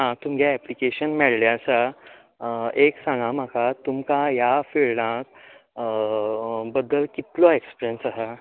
आं तुमगे एप्पलीकेशन मेळ्ळें आसा एक सांगा म्हाका तुमका ह्या फील्डा बदल कितलो एक्सप्रीयन्स आसा